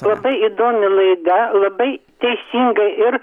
labai įdomi laida labai teisingai ir